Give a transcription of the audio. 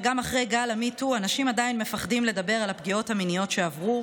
וגם אחרי גל Me Too אנשים עדיין מפחדים לדבר על הפגיעות המיניות שעברו,